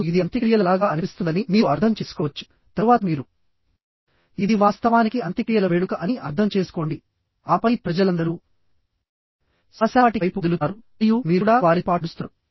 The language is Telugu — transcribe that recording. మరియు ఇది అంత్యక్రియల లాగా అనిపిస్తుందని మీరు అర్థం చేసుకోవచ్చు తరువాత మీరు ఇది వాస్తవానికి అంత్యక్రియల వేడుక అని అర్థం చేసుకోండి ఆపై ప్రజలందరూ శ్మశానవాటిక వైపు కదులుతున్నారు మరియు మీరు కూడా వారితో పాటు నడుస్తున్నారు